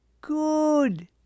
good